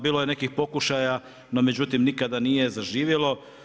Bilo je nekih pokušaja, no međutim nikada nije zaživjelo.